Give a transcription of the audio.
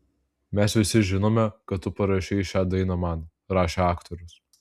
mes visi žinome kad tu parašei šią dainą man rašė aktorius